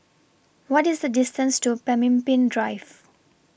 What IS The distance to Pemimpin Drive